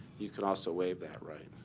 you can also waive that right.